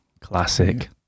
Classic